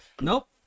nope